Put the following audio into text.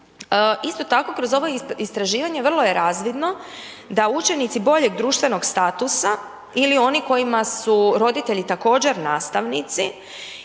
Isto tako kroz ova istraživanja vrlo je razvidno, da učenici boljeg društvenog statusa ili oni kojima su roditelji također nastavnici